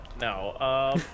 No